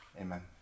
Amen